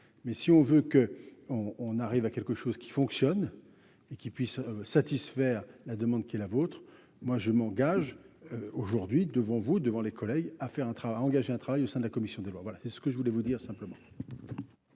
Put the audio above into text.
mais si on veut que on, on arrive à quelque chose qui fonctionne et qui puisse satisfaire la demande qui est la vôtre, moi je m'engage aujourd'hui, devant vous, devant les collègues à faire un travail à engager un travail au sein de la commission des lois, voilà, c'est ce que je voulais vous dire simplement.